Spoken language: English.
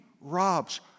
robs